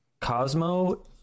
Cosmo